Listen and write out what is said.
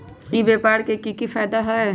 ई व्यापार के की की फायदा है?